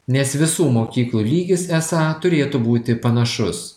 nes visų mokyklų lygis esą turėtų būti panašus